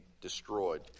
destroyed